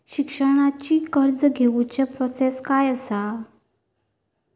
शिक्षणाची कर्ज घेऊची प्रोसेस काय असा?